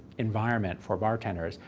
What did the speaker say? environment for bartenders.